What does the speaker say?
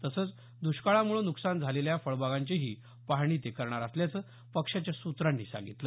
तसंच दुष्काळामुळे नुकसान झालेल्या फळबागांचीही पाहणी ते करणार असल्याचं पक्षाच्या सूत्रांनी सांगितलं